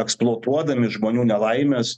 eksploatuodami žmonių nelaimes